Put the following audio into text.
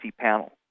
panel